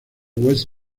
west